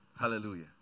Hallelujah